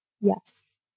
Yes